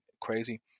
crazy